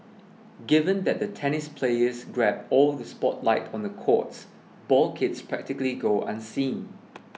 given that the tennis players grab all the spotlight on the courts ball kids practically go unseen